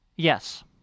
Yes